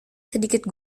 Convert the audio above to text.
sedikit